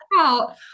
out